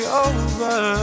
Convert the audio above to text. over